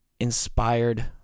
inspired